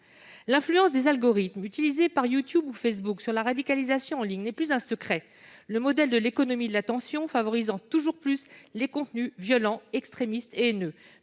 l'influence des algorithmes utilisés par YouTube ou Facebook sur la radicalisation en ligne n'est plus un secret, le modèle de l'économie de l'attention favorisant toujours plus les contenus violents, extrémistes et haineux.